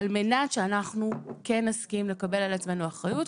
על מנת שכן נסכים לקבל על עצמנו אחריות.